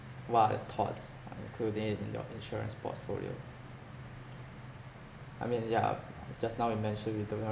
what are the thoughts are included in your insurance portfolio I mean yeah just now we mentioned we